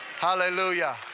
Hallelujah